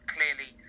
Clearly